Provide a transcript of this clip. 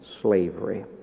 slavery